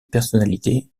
personnalités